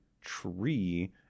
tree